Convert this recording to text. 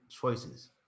choices